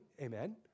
amen